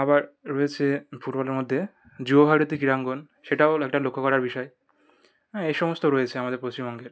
আবার রয়েছে ফুটবলের মধ্যে যুবভারতী ক্রীড়াঙ্গন সেটাও হলো একটা লক্ষ করার বিষয় হ্যাঁ এই সমস্ত রয়েছে আমাদের পশ্চিমবঙ্গের